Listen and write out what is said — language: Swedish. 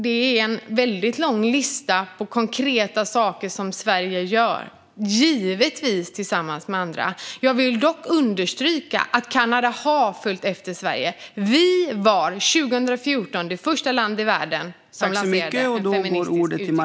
Det är en väldigt lång lista på konkreta saker som Sverige gör - givetvis tillsammans med andra. Jag vill dock understryka att Kanada har följt efter Sverige. Vi var 2014 det första landet i världen som lanserade en feministisk utrikespolitik.